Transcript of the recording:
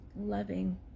loving